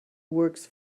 works